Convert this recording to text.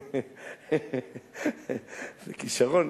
זה כשרון.